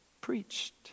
preached